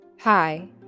Hi